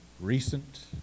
recent